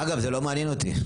אגב, זה לא מעניין אותי.